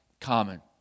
common